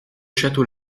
château